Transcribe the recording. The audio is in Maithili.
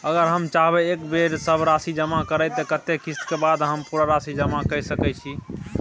अगर हम चाहबे एक बेर सब राशि जमा करे त कत्ते किस्त के बाद हम पूरा राशि जमा के सके छि?